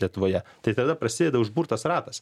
lietuvoje tai tada prasideda užburtas ratas